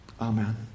Amen